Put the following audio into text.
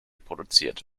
produziert